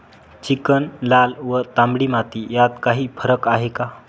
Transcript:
Chicken, लाल व तांबडी माती यात काही फरक आहे का?